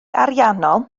ariannol